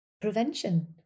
prevention